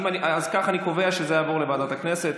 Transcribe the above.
אבל אם מישהו מתנגד, לוועדת הכנסת.